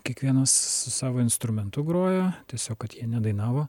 kiekvienas su savo instrumentu grojo tiesiog kad jie nedainavo